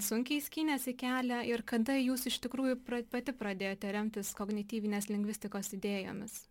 sunkiai skynėsi kelią ir kada jūs iš tikrųjų pr pati pradėjote remtis kognityvinės lingvistikos idėjomis